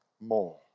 more